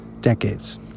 decades